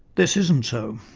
this isn't so.